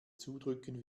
zudrücken